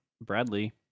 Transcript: bradley